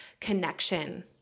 connection